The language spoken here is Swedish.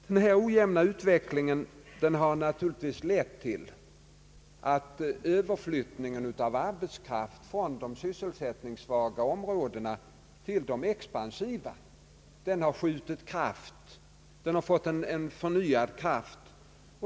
Denna ojämna utveckling har naturligtvis lett till att överflyttningen av arbetskraft från de sysselsättningssvaga områdena till de expansiva har skjutit fart och fått förnyad kraft.